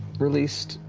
released,